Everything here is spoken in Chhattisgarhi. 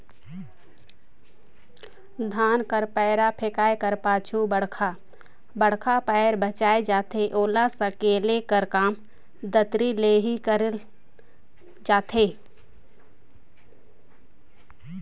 धान कर पैरा फेकाए कर पाछू बड़खा बड़खा पैरा बाएच जाथे ओला सकेले कर काम दँतारी ले ही करल जाथे